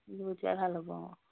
লৈ যোৱাই ভাল হ'ব অঁ